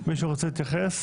מישהו רוצה להתייחס?